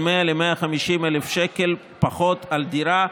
100,000 ל-150,000 שקל פחות על דירה.